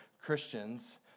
Christians